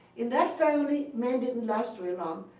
in that family, men didn't last very long.